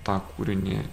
tą kūrinį